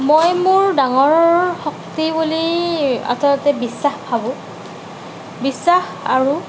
মই মোৰ ডাঙৰ শক্তি বুলি আচলতে বিশ্বাস ভাবোঁ বিশ্বাস আৰু